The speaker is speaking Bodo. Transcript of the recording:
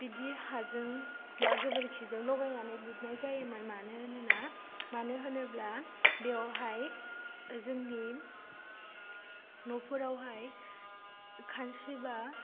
बिदि हाजों बा गोबोरखिजों लगायनानै लिरनाय जायोमोन मानो होनना मानो होनोब्ला बेवहाय जोंनि न'फोरावहाय खान्स्रि एबा